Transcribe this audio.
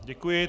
Děkuji.